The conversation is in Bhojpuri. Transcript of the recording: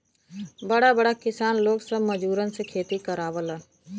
बड़ा बड़ा किसान लोग सब मजूरन से खेती करावलन